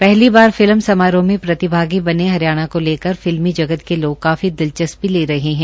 पहली बात फिल्म समारोह में प्रतिभागी बने हरियाणा को लेकर फिल्मी जगत के लोग काफी दिलचस्पी ले रहे है